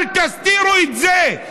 אל תסתירו את זה.